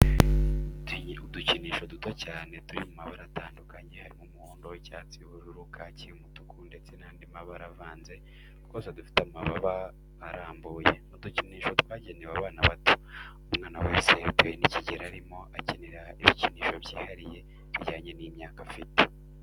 Udukinisho duto cyane turi mu mabara atandukanye harimo umuhondo, icyatsi, ubururu, kaki, umutuku ndetse n'andi mabara avanze, twose dufite amababa arambuye. Ni udukinisho twagenewe abana bato. Umwana wese bitewe n'ikigero arimo akenera ibikinsho byihariye bijyanye n'imyaka afite.